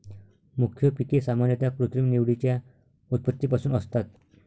मुख्य पिके सामान्यतः कृत्रिम निवडीच्या उत्पत्तीपासून असतात